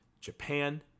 Japan